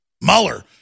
Mueller